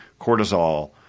cortisol